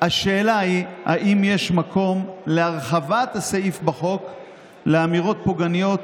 השאלה היא אם יש מקום להרחבת הסעיף בחוק לאמירות פוגעניות